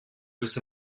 with